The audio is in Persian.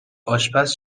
آشپز